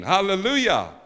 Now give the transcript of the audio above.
Hallelujah